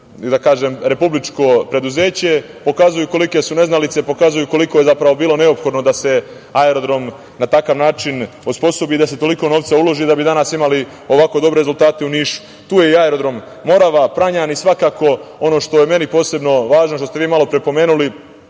pod republičko preduzeće, pokazuju kolike su neznalice, pokazuju koliko je zapravo bilo neophodno da se aerodrom na takav način osposobi i da se toliko novca uloži da bi danas imali ovako dobre rezultate u Nišu. Tu je i aerodrom Morava, Pranjani i svakako ono što je meni posebno važno, što ste i vi malopre pomenuli,